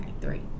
three